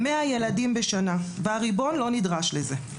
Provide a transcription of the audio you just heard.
100 ילדים בשנה והריבון לא נדרש לזה.